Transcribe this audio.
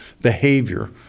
behavior